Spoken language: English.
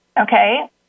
okay